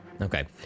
Okay